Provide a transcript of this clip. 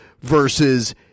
versus